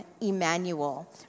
Emmanuel